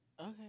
Okay